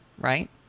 right